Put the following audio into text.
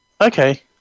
Okay